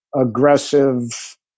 aggressive